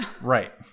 Right